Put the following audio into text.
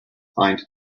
find